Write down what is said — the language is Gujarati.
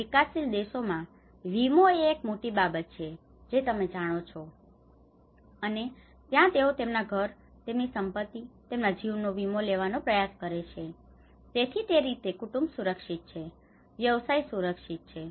અહીં વિકાસશીલ દેશોમાં વીમો એ એક મોટી બાબત છે જે તમે જાણો છો અને ત્યાં તેઓ તેમના ઘર તેમની સંપત્તિઓ તેમના જીવનનો વીમો લેવાનો પ્રયાસ કરે છે તેથી તે રીતે કુટુંબ સુરક્ષિત છે વ્યવસાય સુરક્ષિત છે